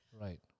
Right